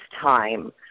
time